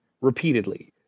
repeatedly